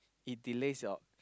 it delays your